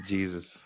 Jesus